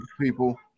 people